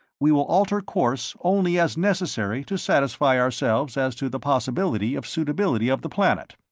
we will alter course only as necessary to satisfy ourselves as to the possibility of suitability of the planet.